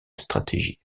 stratégie